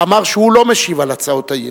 אמר שהוא לא משיב על הצעות האי-אמון.